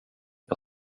jag